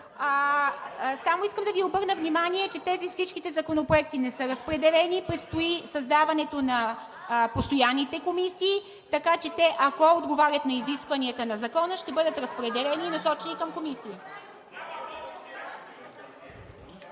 Само искам да Ви обърна внимание, че тези всичките законопроекти не са разпределени и предстои създаването на постоянните комисии, така че те, ако отговарят на изискванията на закона, ще бъде разпределени и насочени към комисии.